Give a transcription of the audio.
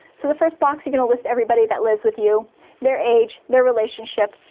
so the first box, you're gonna list everybody that lives with you their age, their relationship,